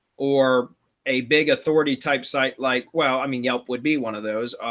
or a big authority type site like well, i mean, yelp would be one of those.